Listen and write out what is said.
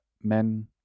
men